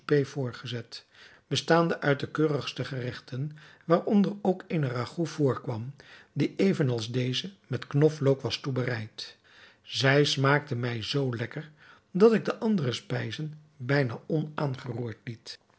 voorgezet bestaande uit de keurigste geregten waaronder ook eene ragout voorkwam die even als deze met knoflook was toebereid zij smaakte mij zoo lekker dat ik de andere spijzen bijna onaangeroerd liet